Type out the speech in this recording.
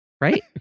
Right